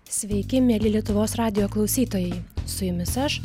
sveiki mieli lietuvos radijo klausytojai su jumis aš